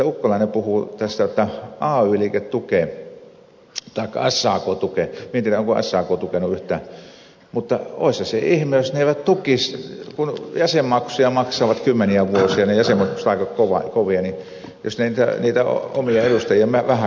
ukkola aina puhuu tästä jotta ay liike tukee sak tukee minä en tiedä onko sak tukenut yhtään mutta kun jäsenet jäsenmaksuja maksavat kymmeniä vuosia ja ne jäsenmaksut ovat aika kovia olisihan se ihme jos se ei niitä omia edustajia vähääkään tukisi